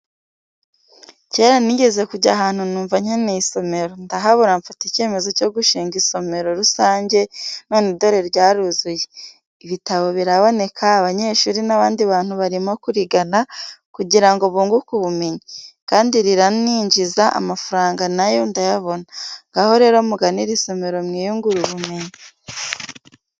Cyera nigeze kujya ahantu numva nkeneye isomero, ndahabura mfata icyemezo cyo gushinga isomero rusange none dore ryaruzuye. Ibitabo biraboneka abanyeshuri n'abandi bantu barimo kurigana kugira ngo bunguke ubumenyi, kandi riraninjiza amafaranga na yo ndayabona. Ngaho rero mugane iri somero mwiyungure ubumenyi.